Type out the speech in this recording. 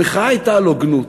המחאה הייתה על הוגנות.